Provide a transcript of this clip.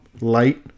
Light